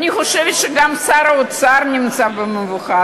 אני חושבת שגם שר האוצר נמצא במבוכה,